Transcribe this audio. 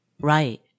Right